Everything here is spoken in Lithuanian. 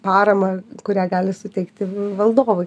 paramą kurią gali suteikti valdovai